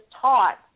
taught